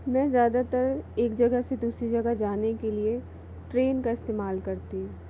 मैं ज़्यादातर एक जगह से दूसरी जगह जाने के लिए ट्रेन का इस्तेमाल करती हूँ